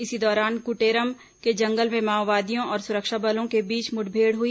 इसी दौरान कुटेरम के जंगल में माओवादियों और सुरक्षाबलों के बीच मुठभेड़ हुई